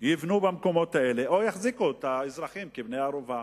יבנו במקומות האלה או יחזיקו את האזרחים כבני ערובה.